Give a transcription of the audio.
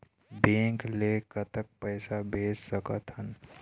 Bank ले कतक पैसा भेज सकथन?